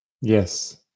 Yes